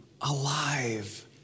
alive